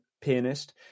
pianist